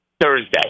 Thursday